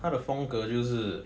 他的风格就是